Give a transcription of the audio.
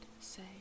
say